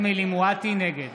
מואטי, נגד